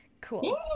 Cool